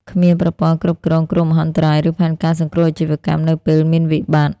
គ្មានប្រព័ន្ធគ្រប់គ្រងគ្រោះមហន្តរាយ ឬផែនការសង្គ្រោះអាជីវកម្ម នៅពេលមានវិបត្តិ។